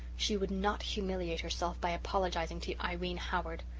she would not humiliate herself by apologizing to irene howard!